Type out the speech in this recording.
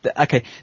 Okay